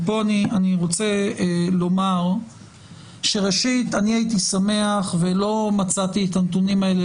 ופה אני רוצה לומר שראשית הייתי שמח ולא מצאתי את הנתונים האלה,